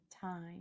time